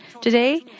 today